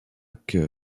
que